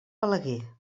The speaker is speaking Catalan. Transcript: balaguer